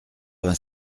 vingt